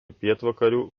pietvakarių